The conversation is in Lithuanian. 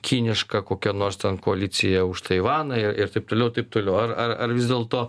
kinišką kokią nors ten koaliciją už taivaną ir taip toliau ir taip toliau ar ar ar vis dėlto